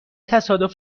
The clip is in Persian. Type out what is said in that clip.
تصادف